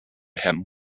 him